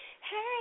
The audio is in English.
Hey